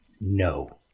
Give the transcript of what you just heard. No